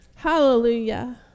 Hallelujah